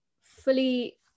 fully